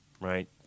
right